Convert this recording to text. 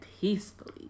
peacefully